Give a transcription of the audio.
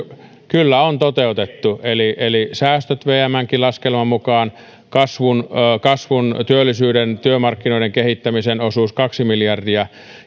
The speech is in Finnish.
kyllä on toteutettu eli neljän miljardin säästöt vmnkin laskelman mukaan kasvun kasvun työllisyyden työmarkkinoiden kehittämisen osuus kaksi miljardia